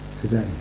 today